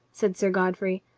said sir godfrey.